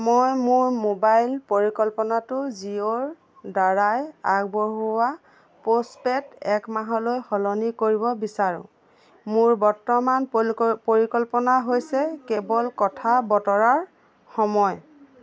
মই মোৰ মোবাইল পৰিকল্পনাটো জিঅ'ৰদ্বাৰাই আগবঢ়োৱা পোষ্টপেইড একমাহলৈ সলনি কৰিব বিচাৰোঁ মোৰ বৰ্তমান পৰিকল্পনা হৈছে কেৱল কথা বতৰাৰ সময়